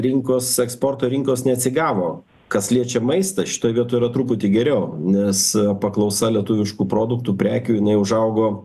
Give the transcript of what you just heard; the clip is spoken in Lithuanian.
rinkos eksporto rinkos neatsigavo kas liečia maistą šitol vietoj yra truputį geriau nes paklausa lietuviškų produktų prekių jinai užaugo